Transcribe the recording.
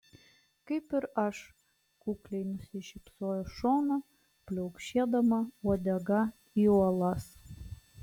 kaip ir aš kukliai nusišypsojo šona pliaukšėdama uodega į uolas